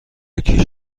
یکی